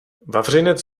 vavřinec